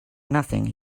nothing